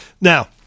now